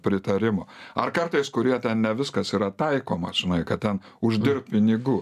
na pritarimo ar kartais kurie ten ne viskas yra taikoma žinai kad ten uždirbt pinigų